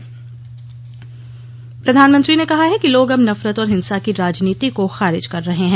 जानकारी प्रधानमंत्री ने कहा है कि लोग अब नफरत और हिंसा की राजनीति को खारिज कर रहे हैं